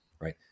right